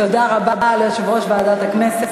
תודה רבה ליושב-ראש ועדת הכנסת,